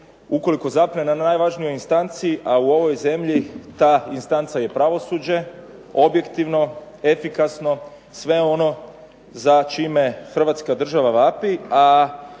ukoliko zapne na najvažnijoj instanci, a u ovoj zemlji ta instanca je pravosuđe, objektivno, efikasno, sve ono za čime Hrvatska država vapi,